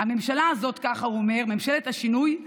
"הממשלה הזאת" ככה הוא אומר "ממשלת השינוי,